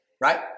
right